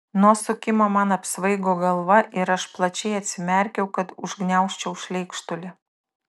nuo sukimo man apsvaigo galva ir aš plačiai atsimerkiau kad užgniaužčiau šleikštulį